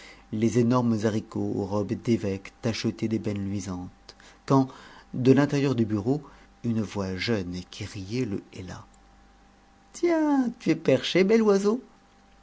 les énormes haricots aux robes d'évêques tachetées d'ébène luisante quand de l'intérieur du bureau une voix jeune et qui riait le héla tiens tu es perché bel oiseau